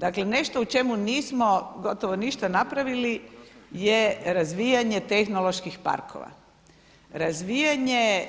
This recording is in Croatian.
Dakle, nešto u čemu nismo gotovo ništa napravili je razvijanje tehnoloških parkova, razvijanje